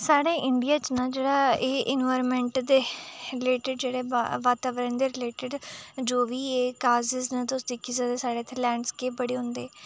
साढ़े इंडिया च ना जेह्ड़ा एह् एनवायरमेंट दे रिलेटेड जेह्डे़ बाताबरण दे रिलेटेड जो बी एह् कॉजेज न तुस दिक्खी सकदे साढ़े इ'त्थें लैंडस्केप बड़े होंदे